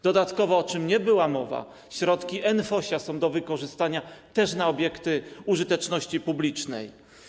Dodatkowo, o czym nie było mowy, środki NFOŚ są do wykorzystania też na obiekty użyteczności publicznej.